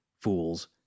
fools